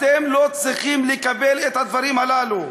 אתם לא צריכים לקבל את הדברים הללו.